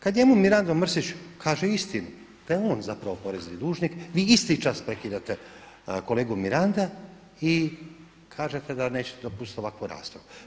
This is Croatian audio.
Kada jednom Mirando Mrsić kaže istinu da je on zapravo porezni dužni, vi isti čas prekidate kolegu Miranda i kažete da nećete dopustiti ovakvu raspravu.